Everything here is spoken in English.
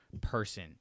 person